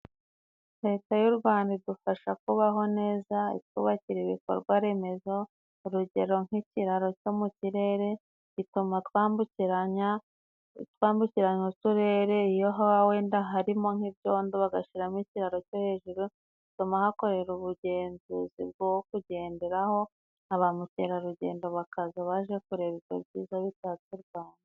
Leta y'u Rwanda idufasha kubaho neza itwubakira ibikorwa remezo, urugero nk'ikiraro cyo mu kirere gituma twambukiranya twambukiranya uturere iyo wenda harimo nk'ibyondo bagashyiramo ikiraro cyo hejuru bituma hakorerwa ubugenzuzi bwo kugenderaho na ba mukerarugendo bakaza baje kureba ibyo byiza bitatse u Rwanda.